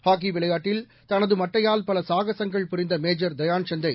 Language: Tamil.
ஹாக்கி விளையாட்டில் தனது மட்டையால் பல சாகசங்கள் புரிந்த மேஜர் தயான்சந்தை